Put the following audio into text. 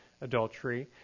adultery